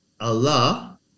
Allah